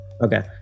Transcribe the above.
Okay